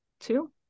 two